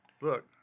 Look